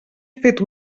fet